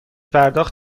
پرداخت